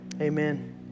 amen